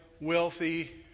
wealthy